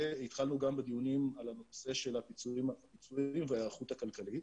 והתחלנו גם בדיונים על הנושא של הפיצויים וההיערכות הכלכלית.